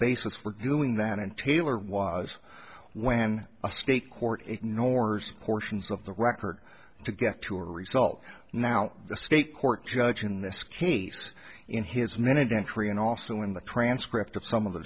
basis for doing then and taylor was when a state court ignores portions of the record to get to a result now the state court judge in this case in his minute entry and also in the transcript of some of the